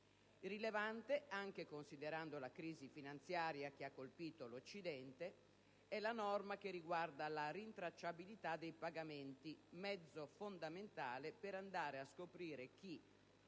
Rilevante, anche considerando la crisi finanziaria che ha colpito l'Occidente, è la norma relativa alla rintracciabilità dei pagamenti, mezzo fondamentale per andare a scoprire chi,